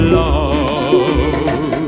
love